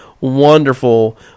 wonderful